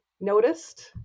noticed